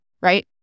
right